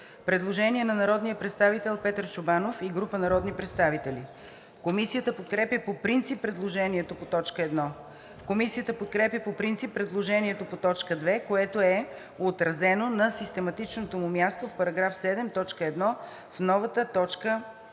Предложение на народния представител Петър Чобанов и група народни представители. Комисията подкрепя по принцип предложението по т. 1. Комисията подкрепя по принцип предложението по т. 2, което е отразено на систематичното му място в § 7, т. 1, в новата т.